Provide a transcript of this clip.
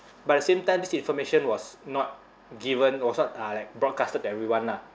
but at the same time this information was not given was not uh like broadcasted to everyone lah